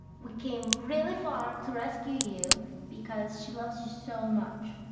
we came really far to rescue you because she loves you so much.